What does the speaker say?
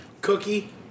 Cookie